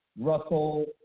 Russell